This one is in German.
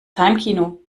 heimkino